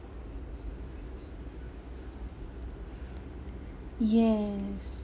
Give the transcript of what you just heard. yes